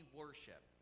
worship